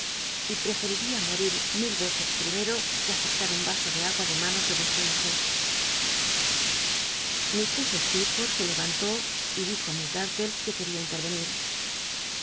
y preferiría morir mil veces primero que aceptar un vaso de agua de manos de vuestro hijo mistress stecrforth se levantó y dijo i miss dartle que queda intervenir